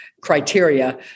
criteria